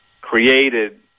created